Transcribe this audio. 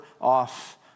off